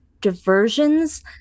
diversions